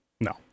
No